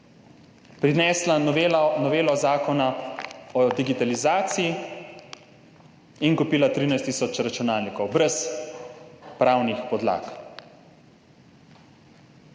prinesla novelo zakona o digitalizaciji in kupila 13 tisoč računalnikov brez pravnih podlag.